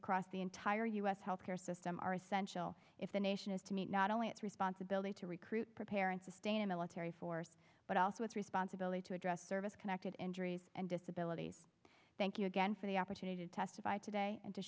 across the entire u s health care system are essential if the nation is to meet not only its responsibility to recruit prepare and sustain a military force but also its responsibility to address service connected injuries and disabilities thank you again for the opportunity to testify today and to